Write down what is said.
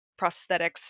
prosthetics